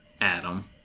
Adam